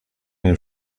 den